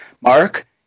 mark